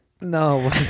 no